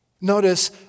Notice